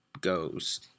goes